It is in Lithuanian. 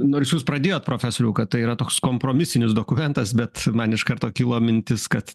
nors jūs pradėjot profesoriau kad tai yra toks kompromisinis dokumentas bet man iš karto kilo mintis kad